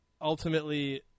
ultimately